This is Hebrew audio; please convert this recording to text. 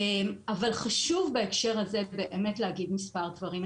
אבל חשוב בהקשר הזה להגיד מספר דברים.